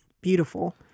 beautiful